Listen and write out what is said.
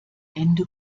ende